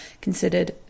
considered